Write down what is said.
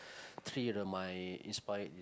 three of my inspired